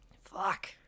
fuck